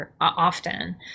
often